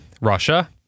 Russia